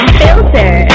filter